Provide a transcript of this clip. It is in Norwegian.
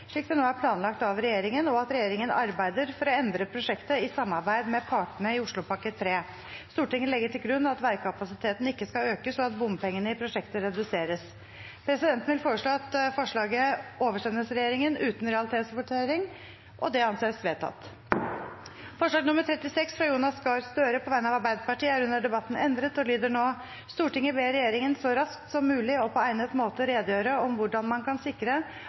slik det nå er planlagt av regjeringen, og at regjeringen arbeider for å endre prosjektet i samarbeid med partene i Oslopakke 3. Stortinget legger til grunn at veikapasiteten ikke skal økes og at bompengene i prosjektet reduseres.» Presidenten vil foreslå at forslaget oversendes regjeringen uten realitetsvotering. – Det anses vedtatt. Forslag nr. 36, fra Jonas Gahr Støre på vegne av Arbeiderpartiet, er under debatten endret og lyder nå: «Stortinget ber regjeringen så raskt som mulig og på egnet måte redegjøre om hvordan man kan sikre